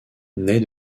naît